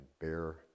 bear